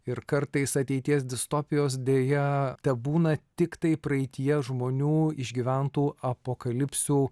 ir kartais ateities distopijos deja tebūna tiktai praeityje žmonių išgyventų apokalipsių